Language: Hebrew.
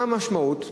מה המשמעות?